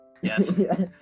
yes